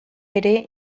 ere